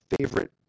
favorite